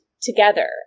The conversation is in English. together